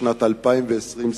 בשנת 2020,